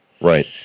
Right